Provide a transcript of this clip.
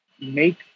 make